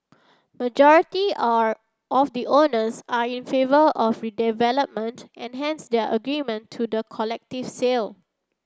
majority are of the owners are in favour of redevelopment and hence their agreement to the collective sale